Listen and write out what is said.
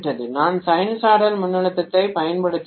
நான் சைனூசாய்டல் மின்னழுத்தத்தைப் பயன்படுத்துகிறேன்